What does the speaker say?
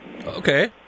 okay